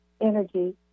energy